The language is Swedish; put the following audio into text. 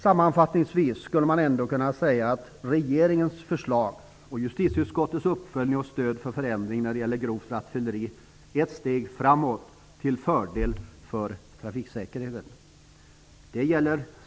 Sammanfattningsvis skulle man ändå kunna säga att regeringens förslag och justitieutskottets uppföljning och stöd för förändring när det gäller grovt rattfylleri m.m. är ett steg framåt till fördel för trafiksäkerheten.